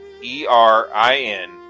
E-R-I-N